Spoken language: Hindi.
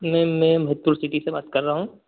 मैम मैं मेट्रो सिटी से बात कर रहा हूँ